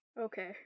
Okay